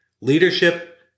leadership